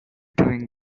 doing